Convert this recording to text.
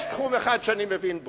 יש תחום אחד שאני מבין בו.